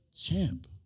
champ